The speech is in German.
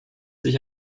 sich